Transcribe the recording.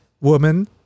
woman